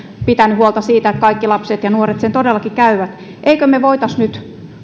pitänyt huolta siitä että kaikki lapset ja nuoret sen todellakin käyvät emmekö me voisi nyt